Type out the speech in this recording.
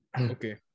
okay